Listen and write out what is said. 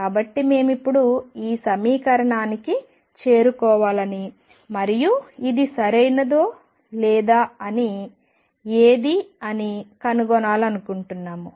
కాబట్టి మేము ఇప్పుడు ఈ సమీకరణానికి చేరుకోవాలని మరియు ఇది సరైనదో లేదా ఏది అని కనుగొనాలనుకుంటున్నాము